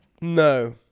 no